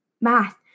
math